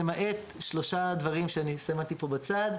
למעט שלושה דברים שאני סימנתי פה בצד: